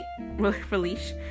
release